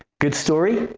good story?